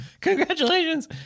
Congratulations